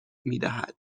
میدهد